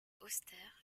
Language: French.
austère